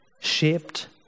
shaped